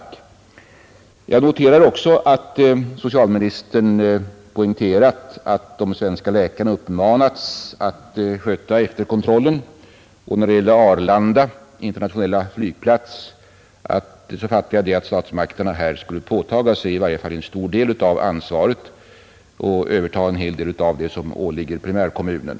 Jag noterar också att socialministern poängterade att de svenska läkarna har uppmanats att sköta efterkontrollen. När det gäller Arlanda internationella flygplats fattade jag honom så att statsmakterna här skall överta i varje fall en stor del av ansvaret och sköta uppgifter som nu åligger primärkommunen.